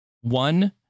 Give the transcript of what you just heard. One